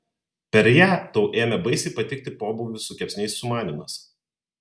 per ją tau ėmė baisiai patikti pobūvių su kepsniais sumanymas